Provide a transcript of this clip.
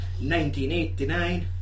1989